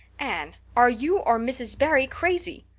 anne are you or mrs. barry crazy?